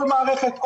הכול מערכת אונליין.